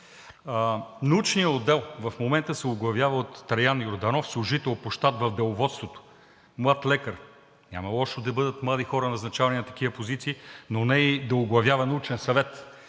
Научният отдел в момента се оглавява от Траян Йорданов – служител по щат в „Деловодството“. Млад лекар, няма лошо да бъдат млади хора назначавани на такива позиции, но не и да оглавява Научен съвет,